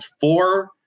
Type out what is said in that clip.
four